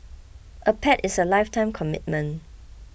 a pet is a lifetime commitment